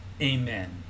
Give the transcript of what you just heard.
amen